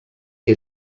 que